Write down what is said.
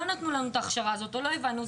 לא נתנו לנו את ההכשרה הזאת או לא הבנו.